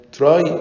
try